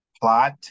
plot